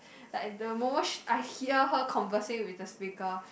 like the moment she I hear her conversing with the speaker